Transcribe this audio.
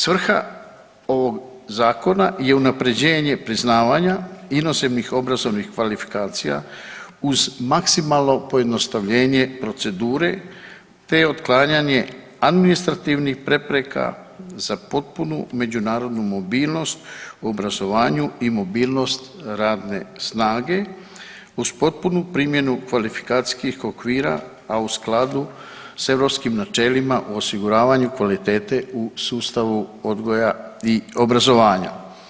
Svrha ovog zakona je unapređenje priznavanja inozemnih obrazovnih kvalifikacija uz maksimalno pojednostavljenje procedure te otklanjanje administrativnih prepreka za potpunu međunarodnu mobilnost u obrazovanju i mobilnost radne snage uz potpunu primjenu kvalifikacijskih okvira, a u skladu s europskim načelima o osiguravanju kvalitete u sustavu odgoja i obrazovanja.